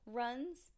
runs